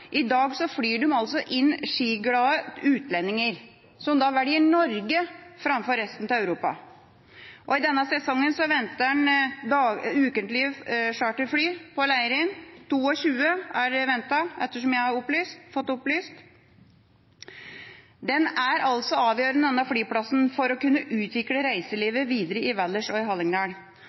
I dag flyr de inn skiglade utlendinger, som velger Norge framfor resten av Europa. I denne sesongen venter en ukentlige charterfly på Leirin – 22 er ventet, ettersom jeg har fått opplyst. Denne flyplassen er altså avgjørende for å kunne utvikle reiselivet videre i Valdres og i Hallingdal.